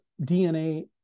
DNA